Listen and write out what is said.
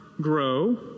grow